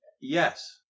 Yes